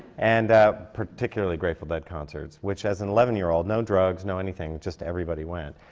and particularly grateful dead concerts, which as an eleven-year-old, no drugs, no anything, just everybody went,